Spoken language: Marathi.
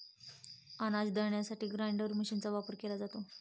अनाज दळण्यासाठी ग्राइंडर मशीनचा वापर केला जातो